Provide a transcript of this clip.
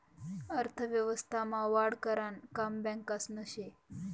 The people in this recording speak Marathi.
अर्थव्यवस्था मा वाढ करानं काम बॅकासनं से